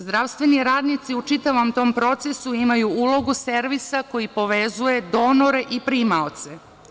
Zdravstveni radnici u čitavom tom procesu imaju ulogu servisa koji povezuje donore i primaoce.